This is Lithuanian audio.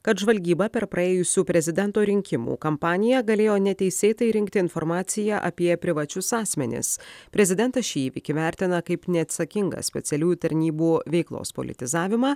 kad žvalgyba per praėjusių prezidento rinkimų kampaniją galėjo neteisėtai rinkti informaciją apie privačius asmenis prezidentas šį įvykį vertina kaip neatsakingą specialiųjų tarnybų veiklos politizavimą